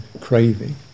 craving